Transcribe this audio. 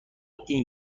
این